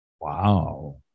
Wow